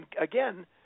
again